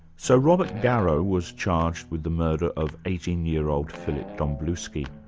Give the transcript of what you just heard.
so robert garrow was charged with the murder of eighteen year old philip domblewski.